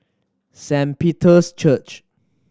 Saint Peter's Church